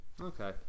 Okay